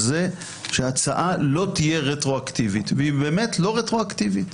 על כך שההצעה לא תהיה רטרואקטיבית והיא באמת לא רטרואקטיבית.